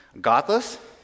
godless